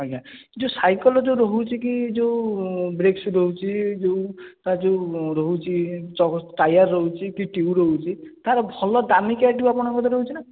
ଆଜ୍ଞା ଯେଉଁ ସାଇକେଲ ରହୁଛି କି ଯେଉଁ ବ୍ରେକ୍ସ ରହୁଛି ଯେଉଁ ତା'ର ଯେଉଁ ରହୁଛି ଟାୟାର୍ ରହୁଛି କି ଟ୍ୟୁବ୍ ରହୁଛି ତା'ର ଭଲ ଦାମିକାଆ ଟ୍ୟୁବ୍ ଆପଣଙ୍କ କତିରେ ରହୁଛି ନା